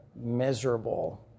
miserable